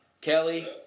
Kelly